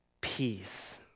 peace